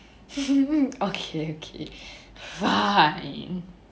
okay okay fine